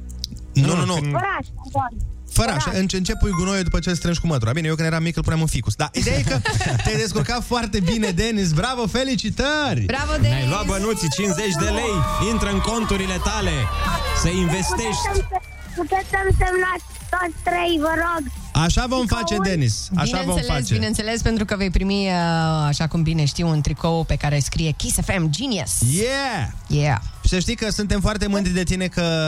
Nu, Nu, nu, nu. nu. Făraș, făraș. Făraș. Făraș. În ce- în ce pui gunoiul după ce strângi cu mătura. Bine, eu când eram mic îl puneam în ficus. Da, ideea e că te-ai descurcat foarte bine, Denis. Bravo, felicitări! Bravo, Denis! Ne-ai luat bănuții, 50 de lei. Intră în conturile tale. Să Puteți investești. sem- puteți să-mi semnați toți trei, vă rog. Așa vom face, Tricoul. Denis. Așa Bineînțeles, vom face. bineînțeles, pentru că vei primi, uh, așa cum bine știu, un tricou pe care scrie Kiss FM Genius. Yeah! Yeah. Să știi că suntem foarte mândri de tine că